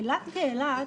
אילת כאילת